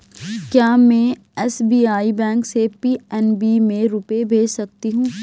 क्या में SBI bank से पी.एन.बी में रुपये भेज सकती हूँ?